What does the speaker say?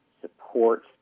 support